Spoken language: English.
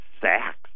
Sachs